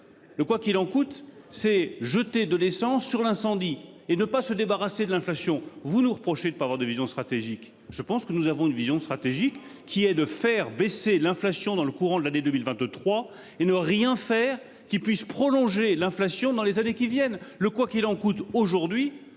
Le quoi qu'il en coûte c'est jeter de l'essence sur l'incendie et ne pas se débarrasser de l'inflation. Vous nous reprochez de pas avoir de vision stratégique. Je pense que nous avons une vision stratégique qui est de faire baisser l'inflation dans le courant de l'année 2023 et ne rien faire qui puisse prolonger l'inflation dans les années qui viennent le quoi qu'il en coûte aujourd'hui